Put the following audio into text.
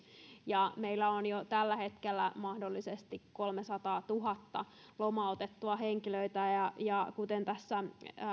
ja meillä on jo tällä hetkellä mahdollisesti kolmesataatuhatta lomautettua henkilöä ja kuten tässä